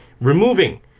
removing